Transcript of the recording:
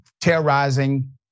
terrorizing